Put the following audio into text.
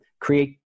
create